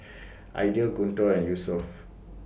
Aidil Guntur and Yusuf